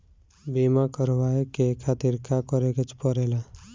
बीमा करेवाए के खातिर का करे के पड़ेला?